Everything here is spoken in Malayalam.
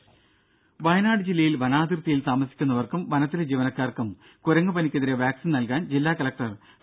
രുര വയനാട് ജില്ലയിൽ വനാതിർത്തിയിൽ താമസിക്കുന്നവർക്കും വനത്തിലെ ജീവനക്കാർക്കും കുരങ്ങു പനിക്കെതിരെ വാക്സിൻ നൽകാൻ ജില്ലാ കലക്ടർ ഡോ